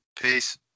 Peace